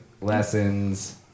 lessons